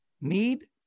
Need